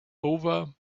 over